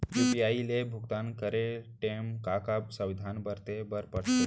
UPI ले भुगतान करे टेम का का सावधानी बरते बर परथे